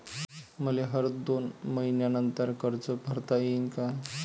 मले हर दोन मयीन्यानंतर कर्ज भरता येईन का?